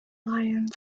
lions